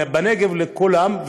יש מקום בנגב לכולם,